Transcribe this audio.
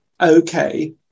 okay